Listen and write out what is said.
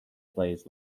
plays